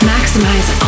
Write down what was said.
Maximize